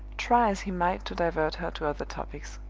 try as he might to divert her to other topics.